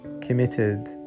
committed